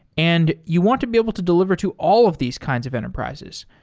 and you want to be able to deliver to all of these kinds of enterprises.